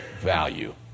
value